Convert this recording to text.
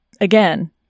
Again